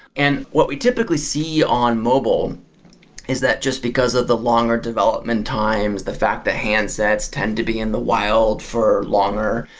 and what we typically see on mobile is that just because of the longer development times, the fact that handsets tend to be in the world for longer,